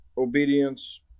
obedience